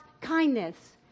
kindness